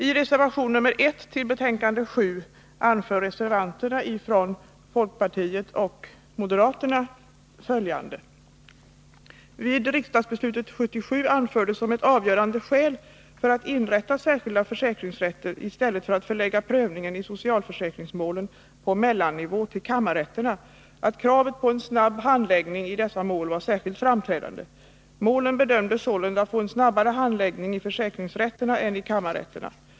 I reservation 1 till socialförsäkringsutskottets betänkande 1981/82:7 anför reservanterna från folkpartiet och moderaterna följande: ”Vid riksdagsbeslutet år 1977 anfördes som ett avgörande skäl för att inrätta särskilda försäkringsrätter i stället för att förlägga prövningen i socialförsäkringsmålen på mellannivå till kammarrätterna att kravet på en snabb handläggning i dessa mål var särskilt framträdande. Målen bedömdes sålunda få en snabbare handläggning i försäkringsrätterna än i kammarrätterna.